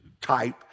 type